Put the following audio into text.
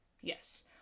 Yes